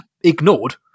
ignored